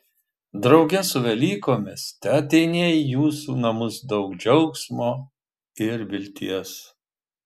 drauge su velykomis teateinie į jūsų namus daug džiaugsmo ir vilties